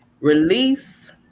Release